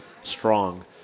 strong